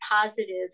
positive